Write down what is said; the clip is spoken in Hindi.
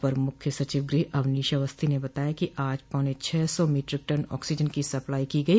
अपर मुख्य सचिव गृह अवनीश अवस्थी ने बताया कि आज पौने छह सौ मीट्रिक टन ऑक्सीजन की सप्लाई की गई